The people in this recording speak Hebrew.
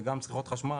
וגם צריכות חשמל,